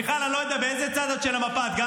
מיכל, אני לא יודע באיזה צד של המפה את.